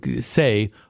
say